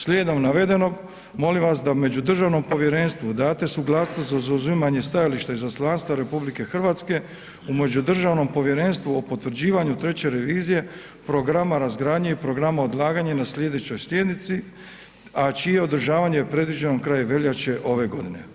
Slijedom navedenog, molim vas da međudržavnom povjerenstvu date suglasnost za zauzimanje stajališta izaslanstva RH u međudržavnom povjerenstvu po potvrđivanju treće revizije programa razgradnje i programa odlaganja na slijedećoj sjednici a čije održavanje je predviđeno kraj veljače ove godine.